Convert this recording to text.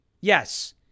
Yes